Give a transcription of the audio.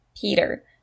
Peter